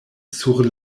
sur